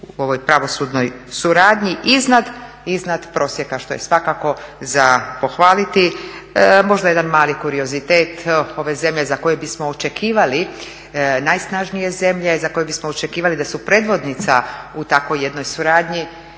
u ovoj pravosudnoj suradnji iznad prosjeka što je svakako za pohvaliti. Možda jedan mali kuriozitet ove zemlje za koji bismo očekivali najsnažnije zemlje, za koje bismo očekivali da su predvodnica u takvoj jednoj suradnji